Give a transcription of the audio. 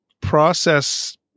process